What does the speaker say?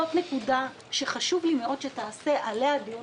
זאת נקודה שחשוב לי מאוד שתקיים עליה דיון